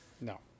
No